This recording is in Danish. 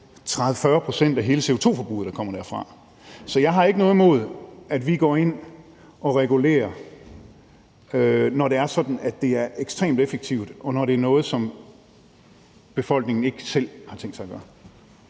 30-40 pct. af hele CO2-forbruget, der kommer derfra. Så jeg har ikke noget imod, at vi går ind og regulerer, når det er sådan, at det er ekstremt effektivt, og når det er noget, som befolkningen ikke selv har tænkt sig at gøre.